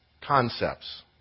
concepts